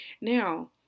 Now